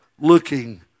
looking